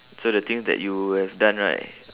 so the things that you have done right